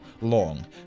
long